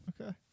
okay